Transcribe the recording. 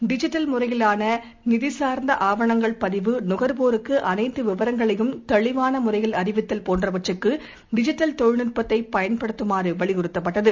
digital முறையிலானநிதிசார்ந்தஆவணங்கள் பதிவு நுகர்வோருக்குஅனைத்துவிவரங்களையும் தெளிவானமுறையில் அறிவித்தல் போன்றவற்றுக்குடிஜிட்டல் தொழில்நுட்பத்தைப் பயன்படுத்துமாறுவலியுறுத்தப்பட்டது